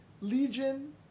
Legion